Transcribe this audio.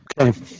Okay